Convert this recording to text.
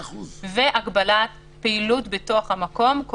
והגבלת פעילות בתוך המקום,